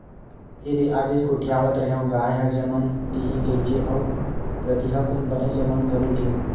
एदे आजेच गोठियावत रेहेंव गाय ह जमन दिही कहिकी अउ रतिहा कुन बने जमन घलो गे